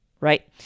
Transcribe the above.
right